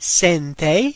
sente